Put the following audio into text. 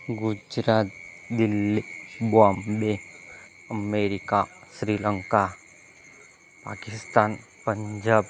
Gujarat Delhi Bombay America Sri Lanka Pakistan Punjab